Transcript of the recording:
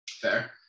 Fair